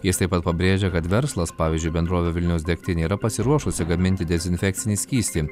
jis taip pat pabrėžia kad verslas pavyzdžiui bendrovė vilniaus degtinė yra pasiruošusi gaminti dezinfekcinį skystį